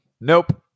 Nope